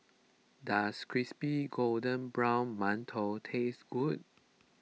does Crispy Golden Brown Mantou taste good